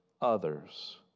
others